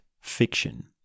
fiction